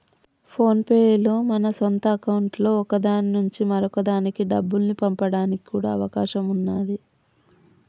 phone pay లో మన సొంత అకౌంట్లలో ఒక దాని నుంచి మరొక దానికి డబ్బుల్ని పంపడానికి కూడా అవకాశం ఉన్నాది